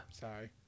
Sorry